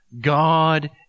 God